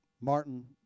Martin